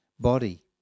body